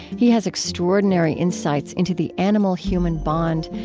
he has extraordinary insights into the animal-human bond,